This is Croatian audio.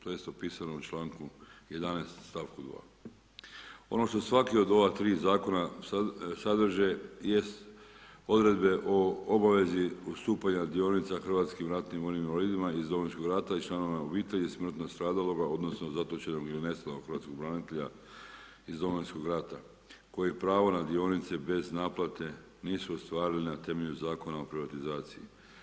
To je isto opisano u čl. 11. stavku 2. Ono što svaki od ova tri zakona sadrži jest odredbe o obaveze ustupanja dionicama hrvatskim ratnim vojnim invalidima iz Domovinskog rata i članovima obitelji smrtno stradaloga odnosno, zatočenog ili nestalog hrvatskog branitelja iz Domovinskog rata, koji pravo na dionice, bez naplate nisu ostvarili na temelju Zakona o privatizaciji.